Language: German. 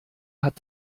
hat